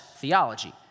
theology